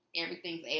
everything's